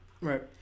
Right